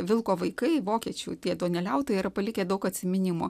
vilko vaikai vokiečių tie duoneliautojai yra palikę daug atsiminimų